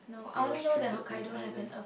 he was stranded on an island